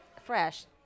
fresh